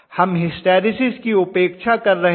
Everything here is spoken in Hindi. हम हिस्टैरिसीस की उपेक्षा कर रहे हैं